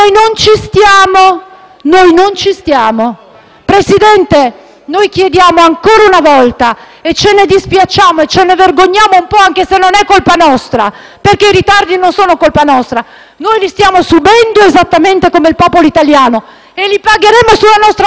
Noi non ci stiamo. Signor Presidente, chiediamo ancora una volta - ce ne dispiacciamo e ce ne vergogniamo un po', anche se non è colpa nostra, perché i ritardi non sono colpa nostra, li stiamo subendo esattamente come il popolo italiano e li pagheremo sulla nostra